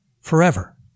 forever